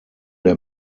der